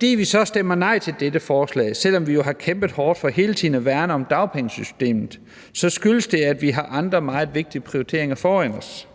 Vi stemmer nej til dette forslag, selv om vi jo har kæmpet hårdt for hele tiden at værne om dagpengesystemet. Det skyldes, at vi har andre meget vigtige prioriteringer foran os.